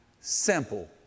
simple